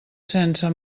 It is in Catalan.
sense